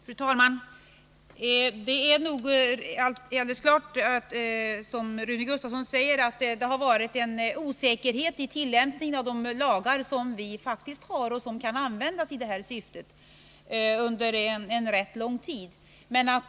Fru talman! Det är helt klart att det, som Rune Gustavsson säger, under rätt lång tid har varit en osäkerhet i tillämpningen av de lagar som vi faktiskt har och som kan användas i det här syftet.